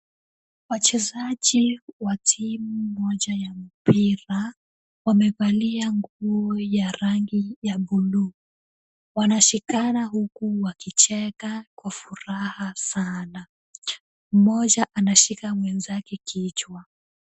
Wachezaji wa timu moja ya mpira, wamevalia nguo ya rangi ya blue . Wanashikana huku wakicheka kwa furaha sana. Mmoja anashika mwenzake kichwa.